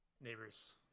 neighbors